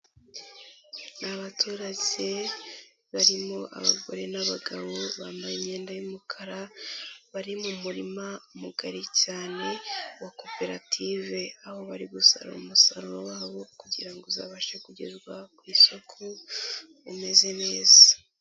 Abaturage barimo abagore n'abagabo bambaye imyenda y'umukara, bari mu murima mugari cyane wa Koperative, aho bari gusaruba umusaruro wabo kugira ngo uzabashe kugezwa ku isoko umeze neza.